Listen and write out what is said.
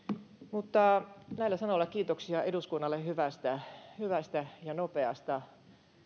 mutta näillä sanoilla kiitoksia eduskunnalle hyvästä hyvästä ja nopeasta